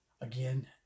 again